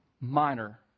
minor